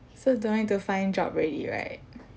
so do I need to find job already right